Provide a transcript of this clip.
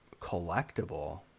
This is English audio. Collectible